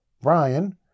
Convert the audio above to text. Brian